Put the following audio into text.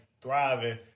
thriving